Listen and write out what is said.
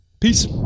Peace